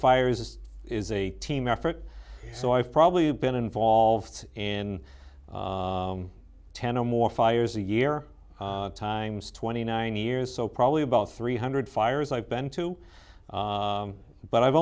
this is a team effort so i've probably been involved in ten or more fires a year times twenty nine years so probably about three hundred fires i've been to but i've